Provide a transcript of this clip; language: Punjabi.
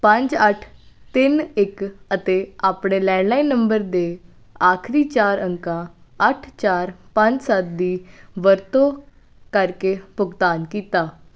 ਪੰਜ ਅੱਠ ਤਿੰਨ ਇੱਕ ਅਤੇ ਆਪਣੇ ਲੈਂਡਲਾਈਨ ਨੰਬਰ ਦੇ ਆਖਰੀ ਚਾਰ ਅੰਕਾਂ ਅੱਠ ਚਾਰ ਪੰਜ ਸੱਤ ਦੀ ਵਰਤੋਂ ਕਰਕੇ ਭੁਗਤਾਨ ਕੀਤਾ